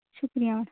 شُکریہ اور